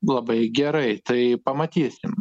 labai gerai tai pamatysim